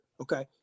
Okay